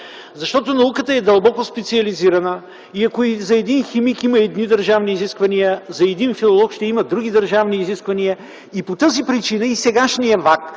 защото науката е дълбоко специализирана и ако за един химик има едни държавни изисквания, за един филолог ще има други държавни изисквания. По тази причина сегашният ВАК